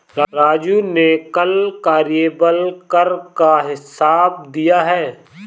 राजू ने कल कार्यबल कर का हिसाब दिया है